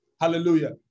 Hallelujah